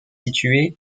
située